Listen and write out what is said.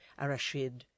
Arashid